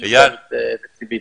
יש לזה עלות תקציבית,